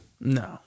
No